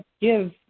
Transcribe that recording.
give